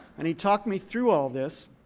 and he talked me through all this.